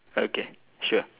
okay sure